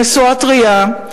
נשואה טרייה,